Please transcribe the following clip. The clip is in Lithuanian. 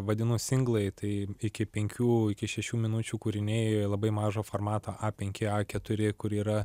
vadinu singlai tai iki penkių iki šešių minučių kūriniai labai mažo formato a penki a keturi kur yra